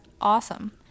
awesome